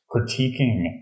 critiquing